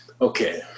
Okay